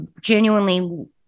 genuinely